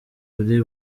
kuri